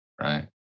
Right